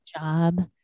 job